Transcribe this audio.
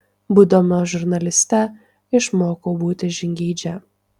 dirbdama žurnaliste išmokau būti žingeidžia